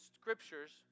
scriptures